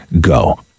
Go